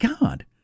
God